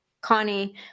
Connie